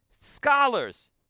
scholars